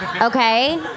okay